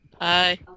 Hi